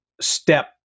step